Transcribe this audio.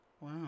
Wow